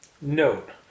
note